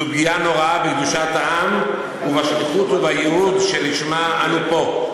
זו פגיעה נוראה בקדושת העם ובשייכות ובייעוד שלשמם אנו פה,